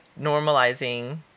normalizing